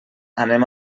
anem